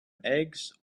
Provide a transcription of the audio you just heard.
eggs